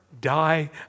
die